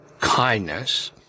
kindness